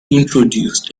introduced